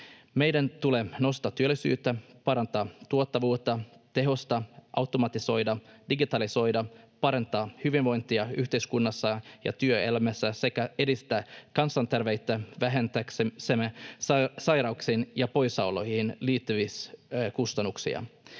Meidän tulee nostaa työllisyyttä, parantaa tuottavuutta, tehostaa, automatisoida, digitalisoida, parantaa hyvinvointia yhteiskunnassa ja työelämässä sekä edistää kansanterveyttä vähentääksemme sairauksiin ja poissaoloihin liittyviä kustannuksia.